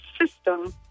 system